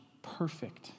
Perfect